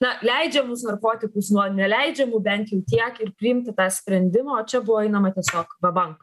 na leidžiamus narkotikus nuo neleidžiamų bent jau tiek ir priimti tą sprendimą o čia buvo einama tiesiog vabank